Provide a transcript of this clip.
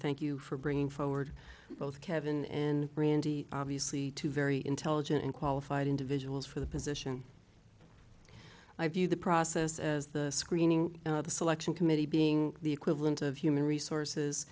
thank you for bringing forward both kevin randy obviously two very intelligent and qualified individuals for the position i view the process as the screening of the selection committee being the equivalent of human resources